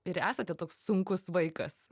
ir esate toks sunkus vaikas